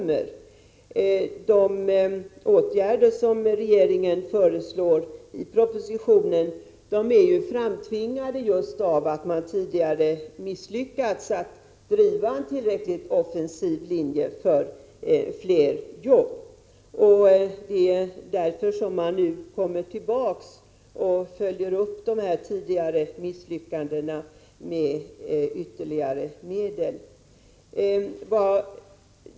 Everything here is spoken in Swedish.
Men jag vill säga att de åtgärder som regeringen föreslår i propositionen är framtvingade av de tidigare misslyckandena när det gäller att driva en tillräckligt offensiv linje för att skapa fler arbetstillfällen. Det är därför regeringen nu vill anslå ytterligare medel.